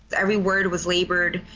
every word was labored,